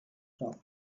top